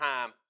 time